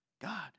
God